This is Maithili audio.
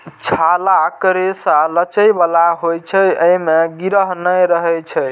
छालक रेशा लचै बला होइ छै, अय मे गिरह नै रहै छै